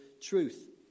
truth